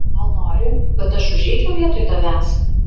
gal nori kad aš užeičiau vietoj tavęs